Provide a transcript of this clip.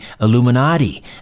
Illuminati